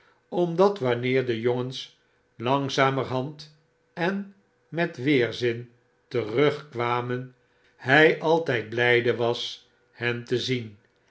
omdat wanneer de jongens langzamerhand en met weerzin terugkwamen by altyd blyde was hen te zien